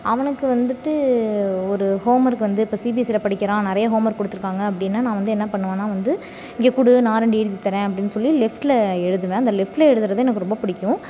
அவனுக்கு வந்துட்டு ஒரு ஹோம் ஒர்க்கு வந்து இப்போ சிபிஎஸ்சியில் படிக்கிறான் நிறைய ஹோம் ஒர்க் கொடுத்துருக்காங்க அப்படின்னா நான் வந்து என்ன பண்ணுவேன்னால் வந்து இங்கே கொடு நான் ரெண்டு எழுதி தரேன் அப்படின் சொல்லி லெஃப்ட்டில் எழுதுவேன் அந்த லெஃப்ட்டில் எழுதுகிறது எனக்கு ரொம்ப பிடிக்கும்